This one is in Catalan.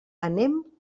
anem